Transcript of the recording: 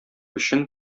өчен